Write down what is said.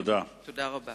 תודה רבה.